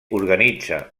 organitza